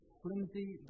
flimsy